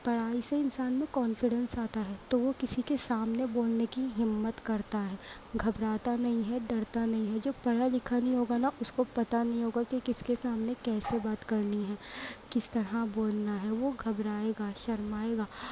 پڑھائی سے انسان میں کانفیڈینس آتا ہے تو وہ کسی کے سامنے بولنے کی ہمت کرتا ہے گھبراتا نہیں ہے ڈرتا نہیں ہے جو پڑھا لکھا نہیں ہوگا نا اس کو پتہ نہیں ہو گا کی کس کے سامنے کیسے بات کرنی ہے کس طرح بولنا ہے وہ گھبرائے گا شرمائے گا